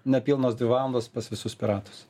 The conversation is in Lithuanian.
nepilnos dvi valandos pas visus piratus